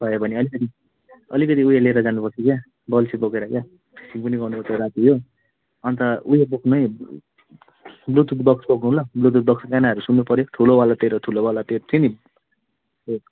भयो भने अलिकति अलिकति ऊ यो लिएर जानुपर्छ क्या बल्छी बोकेर क्या त्यो पनि गर्नुपर्छ राति हो अनि त ऊ यो बोक्ने है ब्लुटुथ बक्स बोक्नु ल ब्लुटुथ बक्स गानाहरू सुन्नुपर्यो ठुलोवाला तेरो ठुलोवाला त्यो थियो नि